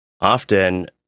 often